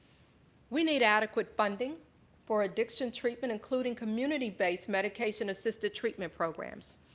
we need adequate funding for addiction treatment including community-based medication assisted treatment programs.